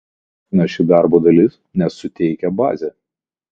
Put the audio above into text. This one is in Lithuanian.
man faina ši darbo dalis nes suteikia bazę